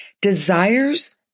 Desires